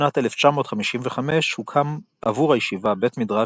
בשנת 1955 הוקם עבור הישיבה בית מדרש